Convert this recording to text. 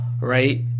right